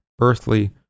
earthly